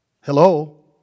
Hello